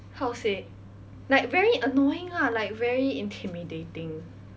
how to say like very annoying lah like very intimidating